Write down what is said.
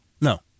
No